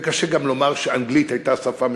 וקשה גם לומר שאנגלית הייתה שפה משותפת.